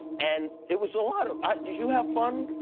and it was a lot of did you have fun